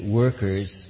workers